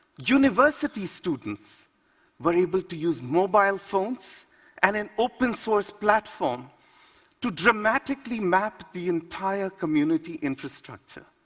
university students were able to use mobile phones and an open-source platform to dramatically map the entire community infrastructure.